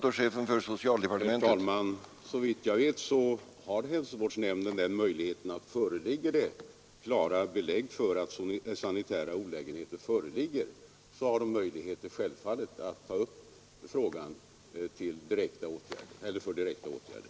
Herr talman! Såvitt jag vet har hälsovårdsnämnden den möjligheten. Finns det klara belägg för att sanitära olägenheter föreligger, har nämnden självfallet möjlighet att ta upp frågan för direkta åtgärder.